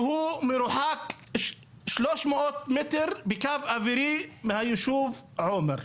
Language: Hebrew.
שהוא מרוחק 300 מטר בקו אווירי מהיישוב עומר.